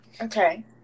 Okay